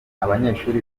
banyeshuri